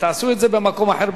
תעשו את זה במקום אחר,